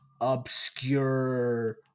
obscure